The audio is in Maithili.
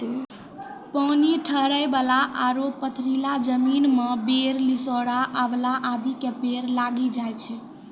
पानी ठहरै वाला आरो पथरीला जमीन मॅ बेर, लिसोड़ा, आंवला आदि के पेड़ लागी जाय छै